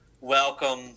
welcome